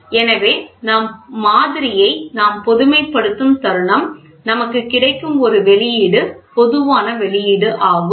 எனவே மாதிரியை நாம் பொதுமைப்படுத்தும் தருணம் நமக்கு கிடைக்கும் ஒரு வெளியீடு பொதுவான வெளியீடு ஆகும்